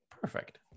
Perfect